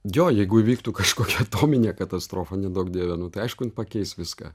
jo jeigu įvyktų kažkokia atominė katastrofa neduok dieve nu tai aišku jin pakeis viską